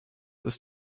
ist